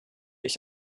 ich